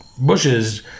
bushes